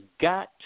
got